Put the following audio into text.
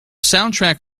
soundtrack